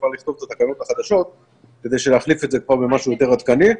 לכתוב את התקנות החדשות כדי להחליף את זה כבר במשהו יותר עדכני,